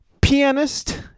pianist